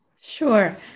Sure